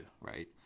Right